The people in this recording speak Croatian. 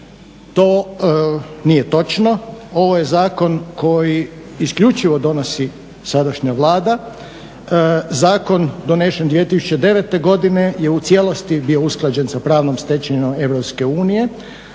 To nije točno. Ovo je zakon koji isključivo donosi sadašnja Vlada, zakon donesen 2009.godine je u cijelosti bio usklađen sa pravnom stečevinom EU